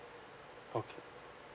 okay